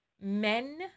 men